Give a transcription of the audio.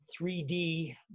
3D